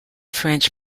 french